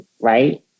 right